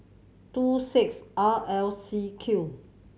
two six R L C Q